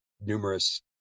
numerous